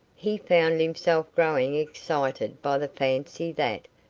he found himself growing excited by the fancy that,